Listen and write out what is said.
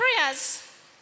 prayers